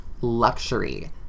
luxury